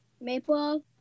Maple